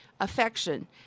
affection